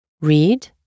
Read